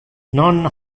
non